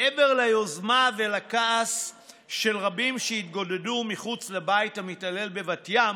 מעבר ליוזמה ולכעס של רבים שהתגודדו מחוץ לבית המתעלל בבת ים,